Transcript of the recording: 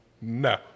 no